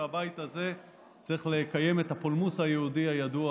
והבית הזה צריך לקיים את הפולמוס היהודי הידוע.